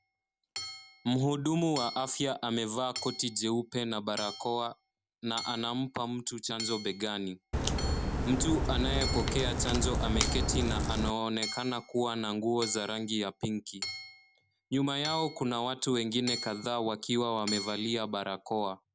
Mhudumu wa afya amevaa koti jeupe na barakoa na anampa mtu chanjo begani. Mtu anayepokea chanjo ameketi na anaonekana kuwa na nguo za rangi ya pinki. Nyuma yao kuna watu wengine kadhaa wakiwa wamealia barakoa.